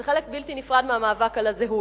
זה חלק בלתי נפרד מהמאבק על הזהות.